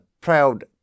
proud